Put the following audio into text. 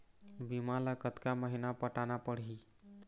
बीमा ला कतका महीना पटाना पड़ही?